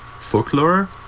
Folklore